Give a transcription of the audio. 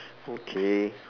okay